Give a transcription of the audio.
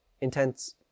intense